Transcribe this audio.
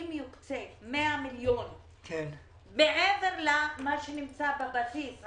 אם יוקצו 100 מיליון מעבר למה שנמצא בבסיס,